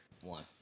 One